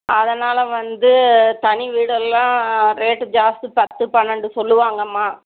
அதனால் வந்து தனி வீடெல்லாம் ரேட்டு ஜாஸ்தி பத்து பன்னெண்டு சொல்லுவாங்கம்மா